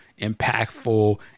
impactful